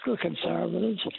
conservatives